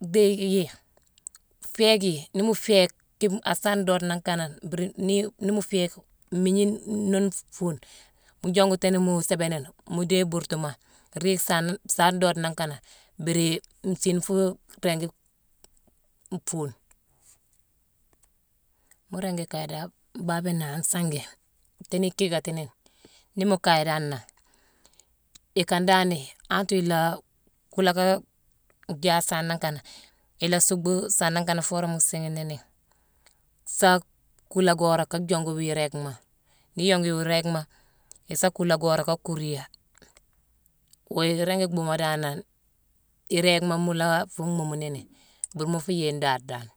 dhéye yi féég yi. Nii mu féég kiine a saane doode nangh kanane mbiiri nii-nii-mu féég mmiigne nuune nfuune, mu jongu tééni mu sééba nini. Mu déye buurtuma mu riig saane saane doode nangh kanane, mbiiri nsiine nfuu ringi fuune. Mu ringi kaye dan baabiyone nangha ansangi, tééni ikiikati nini. Nii mu kaye dan nangh, ikan danii, antere ilaa kuulé ka jaa saane nangh kanane, ila suuckbu saane nangh kanane foo worama siighi nini, saa kuula gora ka jongu wii réégma. Nii yongu wuu réégma, isa kuula gora ka kuuru ya. Woo iringi bhuumo danane iréégma mu la fuu mhuumu nini, mburu mu fuu yéye ndaade dan